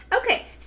Okay